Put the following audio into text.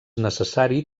necessari